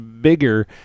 bigger